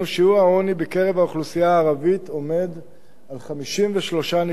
שיעור העוני בקרב האוכלוסייה הערבית עומד על 53.2%,